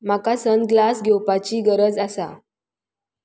म्हाका सनग्लास घेवपाची गरज आसा